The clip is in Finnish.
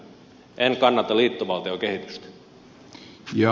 en kannata liittovaltiokehitystä